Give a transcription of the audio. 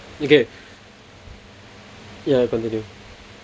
okay ya continue